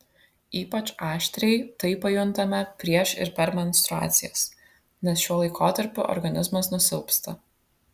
ypač aštriai tai pajuntame prieš ir per menstruacijas nes šiuo laikotarpiu organizmas nusilpsta